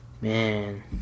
Man